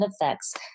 effects